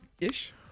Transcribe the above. ish